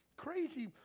crazy